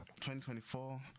2024